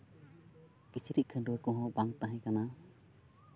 ᱠᱤᱪᱨᱤᱪ ᱠᱷᱟᱹᱰᱣᱟᱹᱜ ᱠᱚᱦᱚᱸ ᱵᱟᱝ ᱛᱟᱦᱮᱸ ᱠᱟᱱᱟ